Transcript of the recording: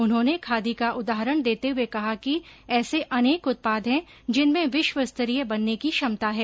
उन्होंने खादी का उदाहरण देते हुए कहा कि ऐसे अनेक उत्पाद है जिनमें विश्व स्तरीय बनने की क्षमता है